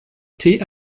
thé